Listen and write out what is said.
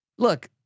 look